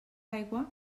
aigua